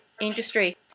industry